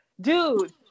Dude